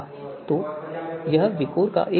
तो यह विकोर का एक पहलू है